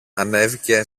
ανέβηκε